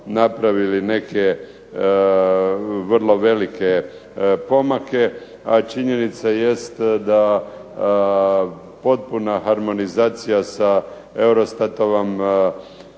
napravili neke vrlo velike pomake, a činjenica jest da potpuna harmonizacija sa EUROSTAT-ovom